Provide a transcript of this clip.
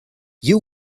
you